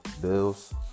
Bills